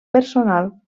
personal